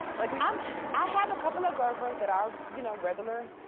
like yeah um i have a couple of girlfriends that are you know regular.